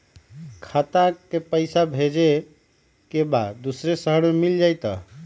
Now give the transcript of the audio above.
खाता के पईसा भेजेए के बा दुसर शहर में मिल जाए त?